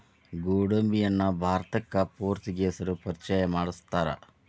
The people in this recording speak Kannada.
ಗೋಡಂಬಿಯನ್ನಾ ಭಾರತಕ್ಕ ಪೋರ್ಚುಗೇಸರು ಪರಿಚಯ ಮಾಡ್ಸತಾರ